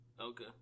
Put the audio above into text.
Okay